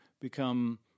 become